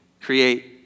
create